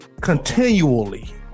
continually